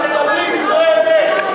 תדברי דברי אמת.